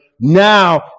now